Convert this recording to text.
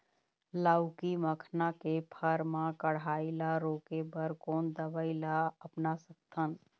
लाउकी मखना के फर मा कढ़ाई ला रोके बर कोन दवई ला अपना सकथन?